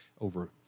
over